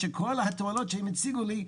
שכל התועלות שהם הציגו לי,